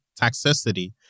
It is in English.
toxicity